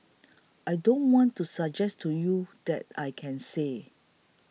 I don't want to suggest to you that I can say